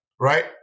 right